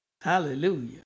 Hallelujah